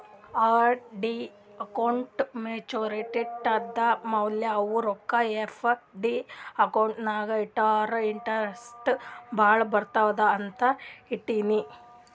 RD ಅಕೌಂಟ್ದೂ maturity ಆದಮ್ಯಾಲ ಅವು ರೊಕ್ಕಾ ಎಫ್.ಡಿ ಅಕೌಂಟ್ ನಾಗ್ ಇಟ್ಟುರ ಇಂಟ್ರೆಸ್ಟ್ ಭಾಳ ಬರ್ತುದ ಅಂತ್ ಇಟ್ಟೀನಿ